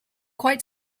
quite